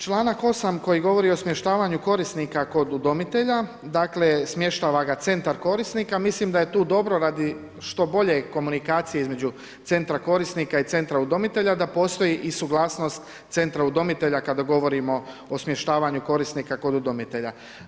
Članak 8 koji govori o smještavanja korisnika kod udomitelja, dakle, smještava ga centar korisnika, mislim da je tu dobro, radi što bolje komunikacije između centra korisnika i centra udomitelja, da postoji i suglasnost centra udomitelja kada govorimo o smještavanja korisnika kod udomitelja.